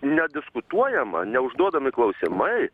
nediskutuojama neužduodami klausimai